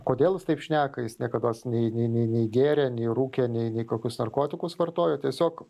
kodėl jis taip šneka jis niekados nei nei nei gėrė nei rūkė nei kokius narkotikus vartojo tiesiog